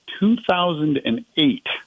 2008 –